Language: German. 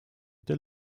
der